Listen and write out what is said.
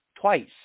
twice